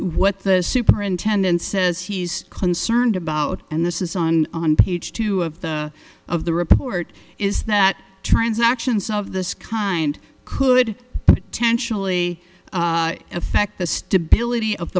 what the superintendent says he's concerned about and this is on on page two of the of the report is that transactions of this kind could potentially affect the stability of